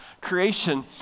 Creation